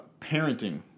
Parenting